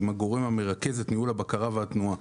עם הגורם המרכז את ניהול הבקרה והתנועה.